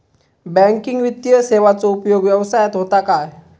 Banking वित्तीय सेवाचो उपयोग व्यवसायात होता काय?